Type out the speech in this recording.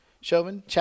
Chauvin